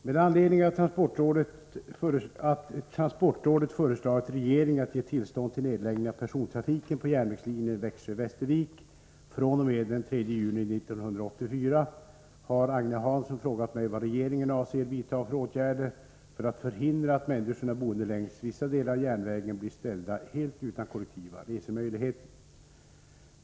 Herr talman! Men anledning av att transportrådet föreslagit regeringen att ge tillstånd till nedläggning av persontrafiken på järnvägslinjen Växjö Västervik fr.o.m. den 3 juni 1984 har Agne Hansson frågat mig vad regeringen avser vidta för åtgärder för att förhindra att människorna boende längs vissa delar av järnvägen blir ställda helt utan kollektiva resemöjligheter.